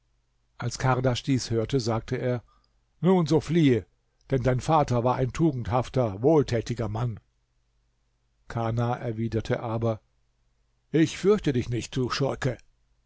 als kardasch dies hörte sagte er nun so fliehe denn dein vater war ein tugendhafter wohltätiger mann kana erwiderte aber ich fürchte dich nicht du schurke